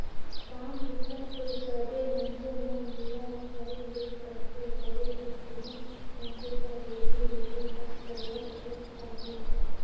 काम बूता दो सबे मइनसे मन ल करे ले परथे तबे दो कोनो मइनसे कर रोजी रोटी हर सरलग चइल पाही